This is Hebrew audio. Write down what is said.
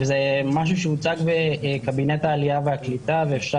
וזה משהו שהוצג בקבינט העלייה והקליטה ואפשר